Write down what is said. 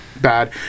bad